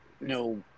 no